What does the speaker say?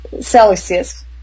Celsius